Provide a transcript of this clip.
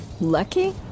lucky